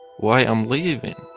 why i'm leaving?